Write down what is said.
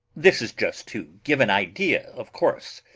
this is just to give an idea, of course.